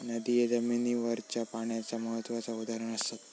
नदिये जमिनीवरच्या पाण्याचा महत्त्वाचा उदाहरण असत